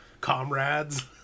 comrades